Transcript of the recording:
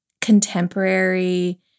contemporary